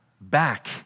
back